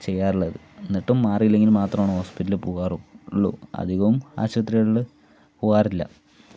ചെയ്യാറുള്ളത് എന്നിട്ടും മാറിയില്ലെങ്കിൽ മാത്രമാണ് ഹോസ്പിറ്റലിൽ പോകാറുള്ളു അധികവും ആശുപത്രികളിൽ പോകാറില്ല